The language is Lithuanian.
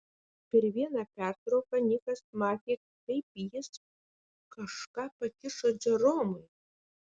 per vieną pertrauką nikas matė kaip jis kažką pakišo džeromui